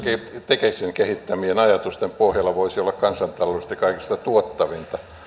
tekesin kehittämien ajatusten pohjalta voisi olla kansantaloudellisesti kaikista tuottavinta